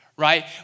Right